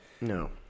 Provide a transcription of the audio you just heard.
No